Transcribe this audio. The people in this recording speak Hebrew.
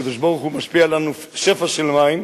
הקדוש-ברוך-הוא משפיע עלינו שפע של מים,